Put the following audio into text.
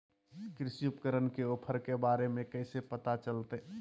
कृषि उपकरण के ऑफर के बारे में कैसे पता चलतय?